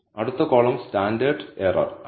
അടുത്ത column standard error ആണ്